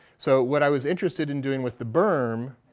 so what i was interested in doing with the berm,